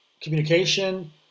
communication